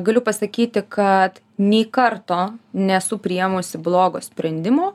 galiu pasakyti kad nei karto nesu priėmusi blogo sprendimo